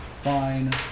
fine